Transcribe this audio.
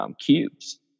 cubes